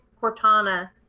Cortana